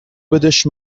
بدش